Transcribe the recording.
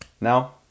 Now